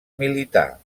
militar